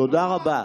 תודה רבה.